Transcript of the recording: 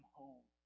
home